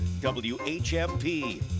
WHMP